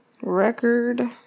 record